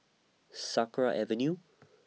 Sakra Avenue